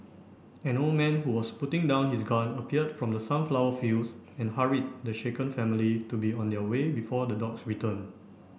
an old man who was putting down his gun appeared from the sunflower fields and hurried the shaken family to be on their way before the dogs return